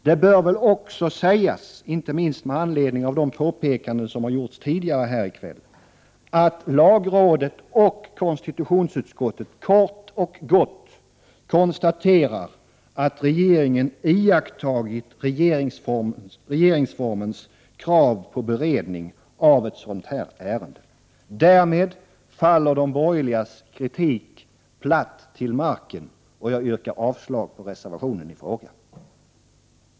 Det bör väl också sägas, inte minst med anledning av de påpekanden som har gjorts tidigare här i kväll, att lagrådet och konstitutionsutskottet kort och gott konstaterar att regeringen iakttagit regeringsformens krav på beredning av ett sådant ärende. Därmed faller de borgerligas kritik platt till marken. Jag yrkar avslag på reservationen i fråga.